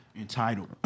entitled